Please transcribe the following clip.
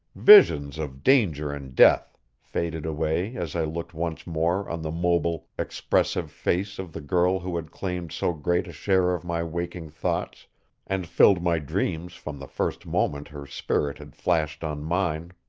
visions of danger and death, faded away as i looked once more on the mobile, expressive face of the girl who had claimed so great a share of my waking thoughts and filled my dreams from the first moment her spirit had flashed on mine.